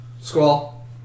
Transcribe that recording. Squall